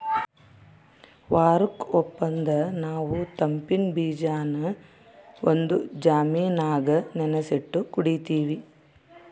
ವಾರುಕ್ ಒಂದಪ್ಪ ನಾವು ತಂಪಿನ್ ಬೀಜಾನ ಒಂದು ಜಾಮಿನಾಗ ನೆನಿಸಿಟ್ಟು ಕುಡೀತೀವಿ